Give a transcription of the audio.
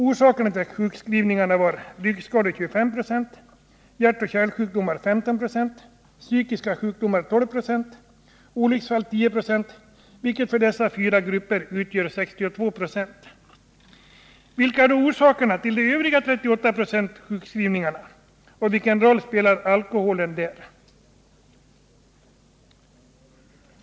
Orsakerna till sjukskrivningarna var ryggskador 25 96, hjärtoch kärlsjukdomar 15 96, psykiska sjukdomar 12 96 och olycksfall 10 96. Dessa fyra grupper svarar alltså för 62 96 av sjukskrivningarna. Vilka är då orsakerna till de övriga 38 procenten av sjukskrivningarna och vilken roll spelar alkoholen där?